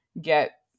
get